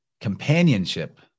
companionship